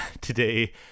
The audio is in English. today